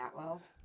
Atwells